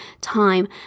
time